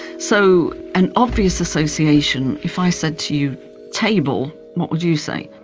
so an obvious association, if i said to you table, what would you say?